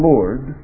Lord